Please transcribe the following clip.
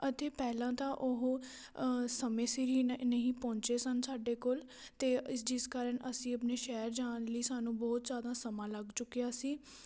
ਅਤੇ ਪਹਿਲਾਂ ਤਾਂ ਉਹ ਸਮੇਂ ਸਿਰ ਹੀ ਨਹੀਂ ਪਹੁੰਚੇ ਸਨ ਸਾਡੇ ਕੋਲ ਅਤੇ ਜਿਸ ਕਾਰਨ ਅਸੀਂ ਆਪਣੇ ਸ਼ਹਿਰ ਜਾਣ ਲਈ ਸਾਨੂੰ ਬਹੁਤ ਜ਼ਿਆਦਾ ਸਮਾਂ ਲੱਗ ਚੁੱਕਿਆ ਸੀ